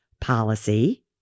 policy